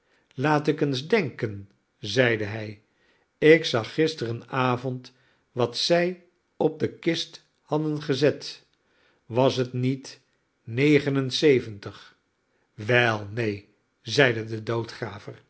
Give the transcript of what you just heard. laat ik eens denken zeide hij ik zag gisterenavond wat zij op de kist hadden gezet was het niet negen en zeventig wel neen zeide